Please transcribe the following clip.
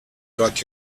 got